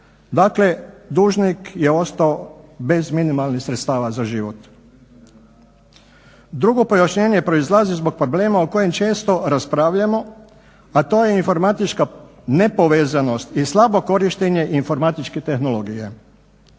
Dakle dužnik je ostao bez minimalnih sredstava za život. Drugo pojašnjenje proizlazi zbog problema o kojem često raspravljamo, a to je informatička nepovezanost i slabo korištenje informatičke tehnologije.